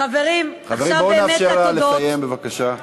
חברים, בואו נאפשר לה לסיים בבקשה.